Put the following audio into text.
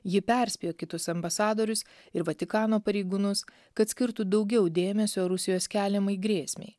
ji perspėjo kitus ambasadorius ir vatikano pareigūnus kad skirtų daugiau dėmesio rusijos keliamai grėsmei